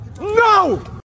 No